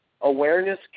awareness